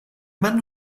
man